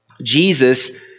Jesus